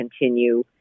continue